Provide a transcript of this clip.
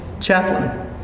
chaplain